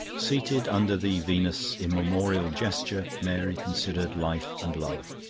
seated under the venus's immemorial gesture, mary considered life and love.